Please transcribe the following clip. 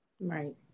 Right